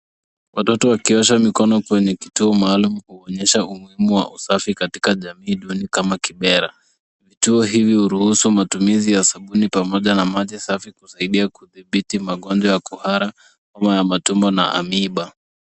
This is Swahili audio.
Watoto wakiosha mikono kwenye kituo maalum kuonyesha umuhimu wa usafi katika jamii duni kama Kibera. Vituo hivi huruhusu matumizi ya sabuni pamoja na maji safi kusaidia kudhibiti magonjwa ya kuhara, homa ya matumbo na amoeba .